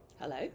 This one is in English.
Hello